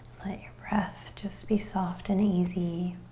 let your breath just be soft and easy.